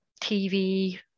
TV